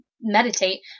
meditate